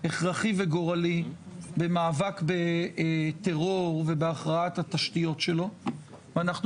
הכרחי וגורלי במאבק בטרור ובהכרעת התשתיות שלו ואנחנו